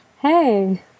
Hey